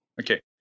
Okay